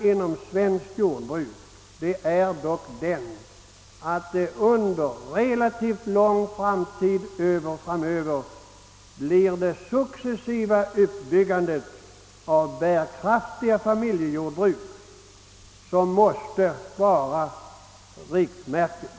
Under relativt lång tid framöver måste emellertid ett successivt uppbyggande av bärkraftiga familjejordbruk bli riktmärket.